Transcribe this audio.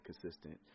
consistent